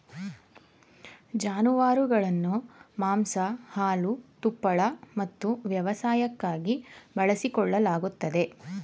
ಜಾನುವಾರುಗಳನ್ನು ಮಾಂಸ ಹಾಲು ತುಪ್ಪಳ ಮತ್ತು ವ್ಯವಸಾಯಕ್ಕಾಗಿ ಬಳಸಿಕೊಳ್ಳಲಾಗುತ್ತದೆ